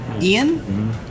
Ian